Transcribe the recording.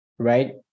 Right